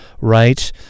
right